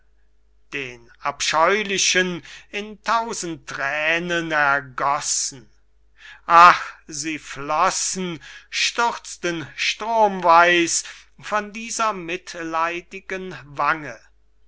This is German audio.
den abscheulichen in tausend thränen ergossen ach sie flossen stürzten stromweis von dieser mitleidigen wange